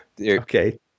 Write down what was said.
Okay